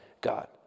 God